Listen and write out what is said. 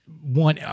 One